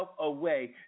away